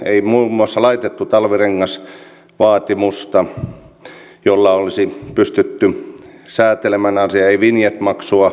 ei muun muassa laitettu talvirengasvaatimusta jolla olisi pystytty säätelemään asiaa ei vinjet maksua